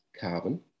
carbon